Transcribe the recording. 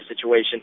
situation